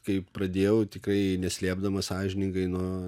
kaip pradėjau tikrai neslėpdamas sąžiningai nuo